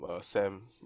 Sam